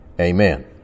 amen